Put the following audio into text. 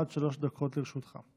עד שלוש דקות לרשותך.